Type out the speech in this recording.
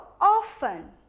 often